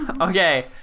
Okay